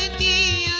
the